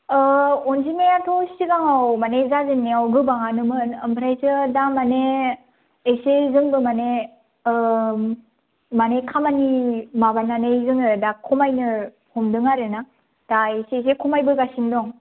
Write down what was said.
अनजिमायाथ' सिगाङाव माने जाजेननायाव गोबांआनोमोन ओमफ्रायसो दा माने एसे जोंबो माने माने खामानि माबानानै जोङो दा खमायनो हमदों आरोना दा एसे एसे खमायबोगासिनो दं